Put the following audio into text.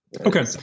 Okay